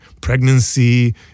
pregnancy